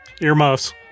Earmuffs